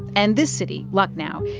and this city, lucknow,